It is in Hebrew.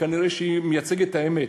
כנראה היא מייצגת את האמת.